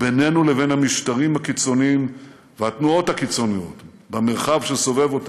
בינינו לבין המשטרים הקיצוניים והתנועות הקיצוניות במרחב שסובב אותנו.